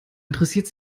interessiert